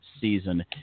season